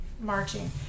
marching